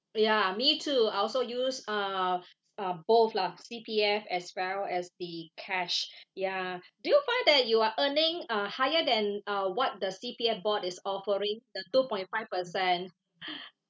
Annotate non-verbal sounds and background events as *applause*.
ya me too I also use uh uh both lah C_P_F as well as the cash *breath* ya do you find that you are earning uh higher than uh what the C_P_F board is offering the two point five percent *breath*